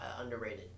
underrated